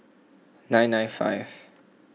nine nine five